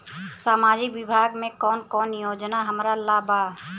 सामाजिक विभाग मे कौन कौन योजना हमरा ला बा?